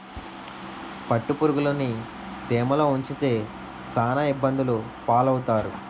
పట్టుపురుగులుని తేమలో ఉంచితే సాన ఇబ్బందులు పాలవుతారు